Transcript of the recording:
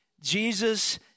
Jesus